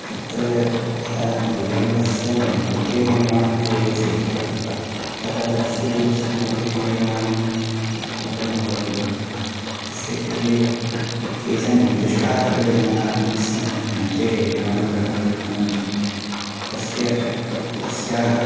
तत्र यदा देवस्य मूर्तेः निर्माणं क्रियते चेत् तदा यस्य देवस्य मूर्तेः निर्माणं कर्तव्यं भवति तस्य कृते केचन् निर्दिष्टाः एव जनाः तस्य मूर्तेः निर्माणं कर्तुं शक्नुवन्ति तस्याः तस्याः